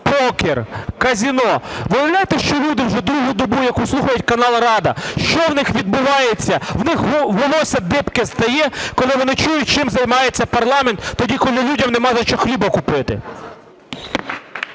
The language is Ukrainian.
"покер", "казино", ви уявляєте, що люди, які вже другу добу слухають канал "Рада", що в них відбувається? В них волосся дибки стає, коли вони чують чим займається парламент тоді, коли людям нема за що хліба купити.